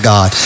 God